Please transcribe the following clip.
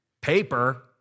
paper